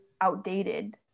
outdated